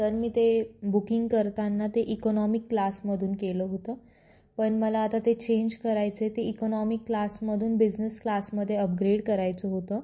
तर मी ते बुकिंग करताना ते इकोनॉमी क्लासमधून केलं होतं पण मला आता ते चेंज करायचं आहे ते इकोनॉमी क्लासमधून बिझनेस क्लासमध्ये अपग्रेड करायचं होतं